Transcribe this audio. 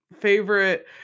favorite